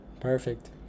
Perfect